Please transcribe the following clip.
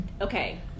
Okay